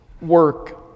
work